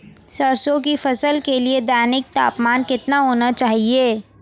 सरसों की फसल के लिए दैनिक तापमान कितना होना चाहिए?